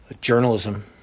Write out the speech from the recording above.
Journalism